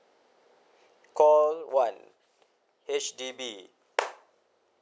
call one H_D_B